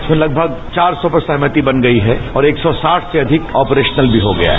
जो लगभग चार सौ पर सहमति बन गई है और एक सौ साठ से अधिक ऑपरेशनल भी हो गया है